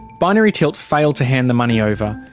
binary tilt failed to hand the money over.